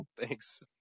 thanks